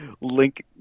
Link